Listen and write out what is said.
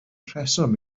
rheswm